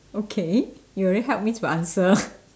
okay you already help me to answer